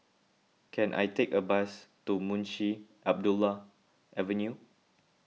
can I take a bus to Munshi Abdullah Avenue